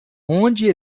onde